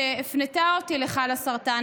שהפנתה אותי ל"חלאסרטן",